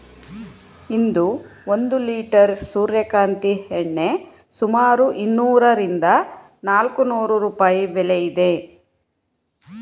ಇಂದು ಒಂದು ಲಿಟರ್ ಸೂರ್ಯಕಾಂತಿ ಎಣ್ಣೆ ಸುಮಾರು ಇನ್ನೂರರಿಂದ ನಾಲ್ಕುನೂರು ರೂಪಾಯಿ ಬೆಲೆ ಇದೆ